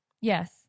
Yes